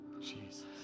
Jesus